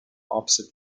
opposite